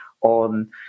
on